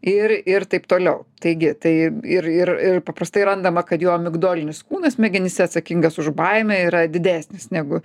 ir ir taip toliau taigi tai ir ir ir paprastai randama kad jo migdolinis kūnas smegenyse atsakingas už baimę yra didesnis negu